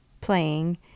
playing